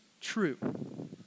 true